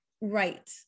Right